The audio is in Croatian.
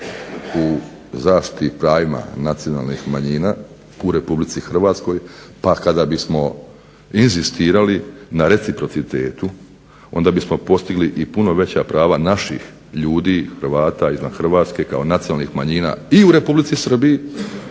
u zaštiti i pravima nacionalnih manjina u RH pa kada bismo mi inzistirali na reciprocitetu onda bismo postigli i puno veća prava naših ljudi Hrvata izvan Hrvatske kao nacionalnih manjina i u Republici Srbiji